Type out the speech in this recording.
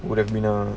would have been a